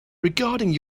regarding